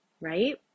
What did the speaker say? Right